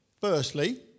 Firstly